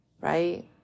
right